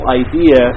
idea